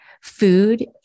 food